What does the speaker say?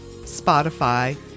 Spotify